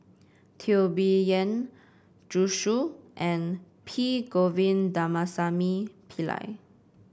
Teo Bee Yen Zhu Xu and P Govindasamy Pillai